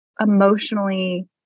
emotionally